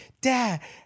Dad